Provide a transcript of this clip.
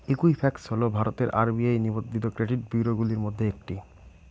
Equifax হল ভারতের RBI নিবন্ধিত ক্রেডিট ব্যুরোগুলির মধ্যে একটি